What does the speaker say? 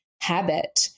habit